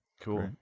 cool